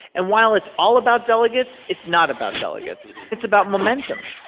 and while it's all about delegates, it's not about delegates. it's about momentum.